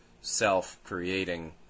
self-creating